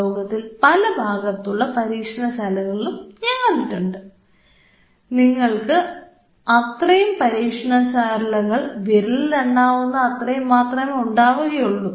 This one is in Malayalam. ലോകത്തിൽ പല ഭാഗത്തുള്ള പരീക്ഷണശാലകളിലും ഞാൻ കണ്ടിട്ടുണ്ട് നിങ്ങൾക്ക് അത്രയും പരീക്ഷണശാലകൾ വിരലിലെണ്ണാവുന്ന അത്രയും മാത്രമേ ഉണ്ടാവുകയുള്ളൂ